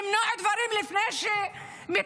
למנוע דברים לפני שמתפרצים.